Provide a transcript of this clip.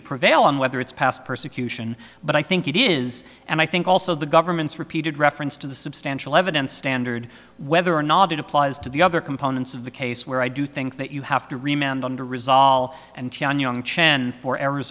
to prevail on whether it's past persecution but i think it is and i think also the government's repeated reference to the substantial evidence standard whether or not it applies to the other components of the case where i do think that you have to remain on them to resolve and on young chen for